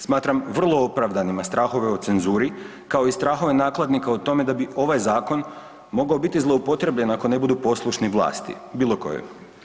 Smatram vrlo opravdanima strahove o cenzuri kao i strahove nakladnika o tome da bi ovaj zakon mogao biti zloupotrijebljen ako ne budu poslušni vlasti, bilo kojoj.